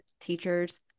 teachers